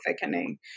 thickening